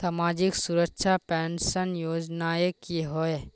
सामाजिक सुरक्षा पेंशन योजनाएँ की होय?